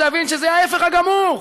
להבין שזה ההפך הגמור.